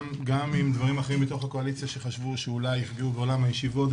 גם עם דברים אחרים מתוך הקואליציה שחשבו שאולי יפגעו בעולם הישיבות,